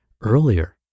earlier